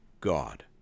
god